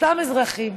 סתם אזרחים,